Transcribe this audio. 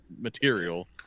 material